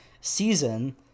season